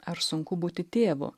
ar sunku būti tėvu